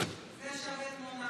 איסור תמיכה בטרור), התשפ"ג 2023,